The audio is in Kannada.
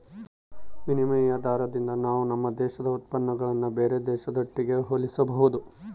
ವಿನಿಮಯ ದಾರದಿಂದ ನಾವು ನಮ್ಮ ದೇಶದ ಉತ್ಪನ್ನಗುಳ್ನ ಬೇರೆ ದೇಶದೊಟ್ಟಿಗೆ ಹೋಲಿಸಬಹುದು